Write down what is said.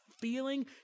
feeling